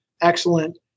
excellent